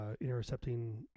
intercepting